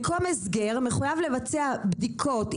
מקום הסגר מחויב לבצע בדיקות,